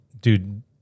dude